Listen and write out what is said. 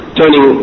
turning